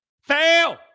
fail